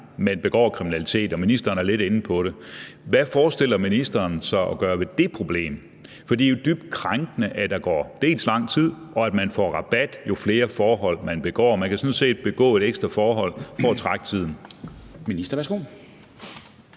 begår kriminalitet. Ministeren er lidt inde på det. Hvad forestiller ministeren sig at gøre ved det problem? For det er jo dybt krænkende, at der dels går lang tid, dels at man får rabat, jo flere forhold man begår. Man kan sådan set begå et ekstra forhold for at trække tiden.